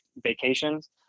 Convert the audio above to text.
vacations